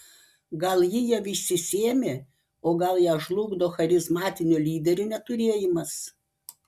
gal ji jau išsisėmė o gal ją žlugdo charizmatinio lyderio neturėjimas